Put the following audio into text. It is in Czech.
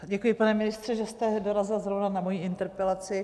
Děkuji, pane ministře, že jste dorazil zrovna na moji interpelaci.